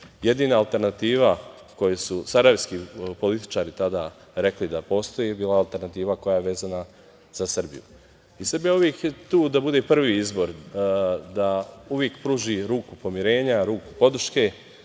jedina alternativa koju su sarajevski političari tada rekli da postoji bila je alternativa koja je bila vezana za Srbiju. Srbija je uvek tu da bude prvi izbor, da uvek pruži ruku pomirenja, ruku podrške